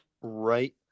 right